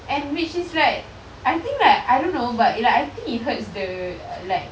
and which is like I think like I don't know but like I think it hurts the like